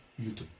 YouTube